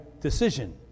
decision